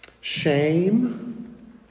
Shame